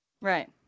Right